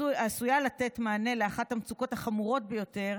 עשויה לתת מענה לאחת המצוקות החמורות ביותר